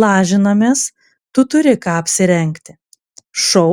lažinamės tu turi ką apsirengti šou